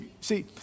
see